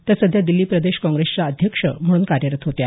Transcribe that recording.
त्या सध्या दिल्ली प्रदेश काँग्रेसच्या अध्यक्ष म्हणून कार्यरत होत्या